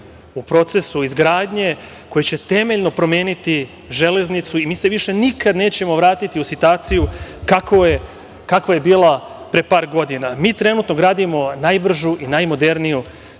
u procesu izgradnje koja će temeljno promeniti železnicu i mi se više nikada nećemo vratiti u situaciju kakva je bila pre par godina. Mi trenutno gradimo najbržu i najmoderniju